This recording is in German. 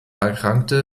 erkrankte